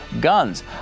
guns